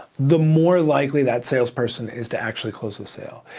the more likely that sales person is to actually close the sale.